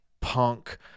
punk